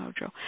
Mojo